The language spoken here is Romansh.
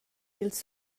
dils